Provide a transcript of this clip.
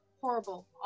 horrible